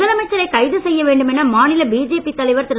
முதலமைச்சரை கைது செய்ய வேண்டும் என மாநில பிஜேபி தலைவர் திரு